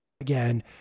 again